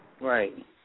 Right